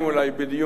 בדיון כאן,